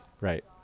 Right